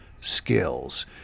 skills